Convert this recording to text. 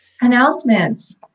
announcements